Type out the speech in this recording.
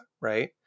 right